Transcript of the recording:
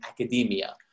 academia